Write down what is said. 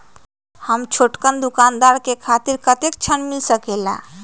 हम छोटकन दुकानदार के खातीर कतेक ऋण मिल सकेला?